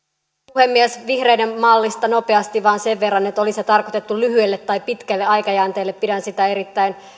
puhemies vihreiden mallista nopeasti vain sen verran että oli se tarkoitettu lyhyelle tai pitkälle aikajänteelle pidän sitä erittäin